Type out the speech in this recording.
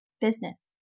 business